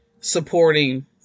supporting